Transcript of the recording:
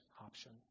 option